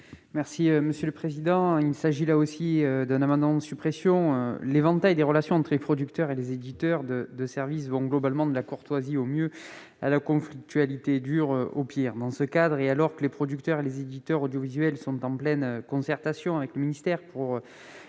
Bacchi, pour présenter l'amendement n° 89. L'éventail des relations entre les producteurs et les éditeurs de services va globalement de la courtoisie, au mieux, à la conflictualité dure, au pire. Dans ce cadre, et alors que les producteurs et les éditeurs audiovisuels sont en pleine concertation avec le ministère pour